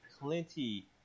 plenty